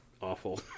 awful